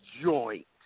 joint